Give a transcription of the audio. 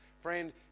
Friend